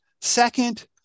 Second